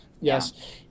Yes